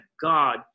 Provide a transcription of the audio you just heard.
god